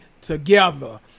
together